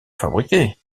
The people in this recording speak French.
fabriquées